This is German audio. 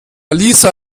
lisa